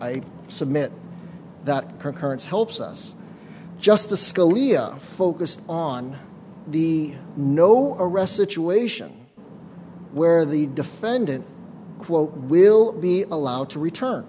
i submit that concurrence helps us justice scalia focused on the no arrest situation where the defendant quote will be allowed to return